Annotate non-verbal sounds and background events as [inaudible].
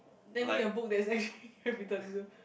name me a book that's actually [laughs] capitalism